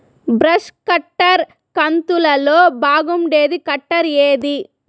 Brush cutter కంతులలో బాగుండేది cutter ఏది?